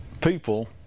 people